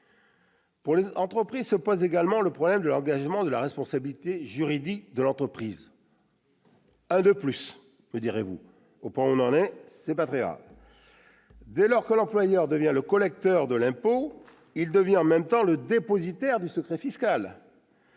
Pour les entreprises se pose également le problème de l'engagement de la responsabilité juridique de l'entreprise. Un problème de plus, me direz-vous ! Au point où on en est ce n'est pas très grave. Dès lors que l'employeur devient le collecteur de l'impôt, il devient en même temps dépositaire du secret fiscal.